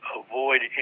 avoid